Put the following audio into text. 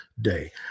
day